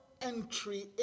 entry